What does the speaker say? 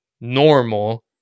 normal